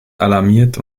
alarmiert